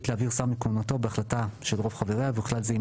להעביר שר מכהונתו בהחלטה של רוב חבריה ובכלל זה אם